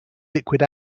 liquid